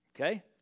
okay